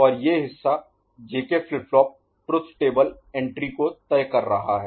और ये हिस्सा JK flip flop truth table entry को तय कर रहा है